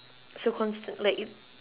so constant like y~